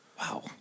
Wow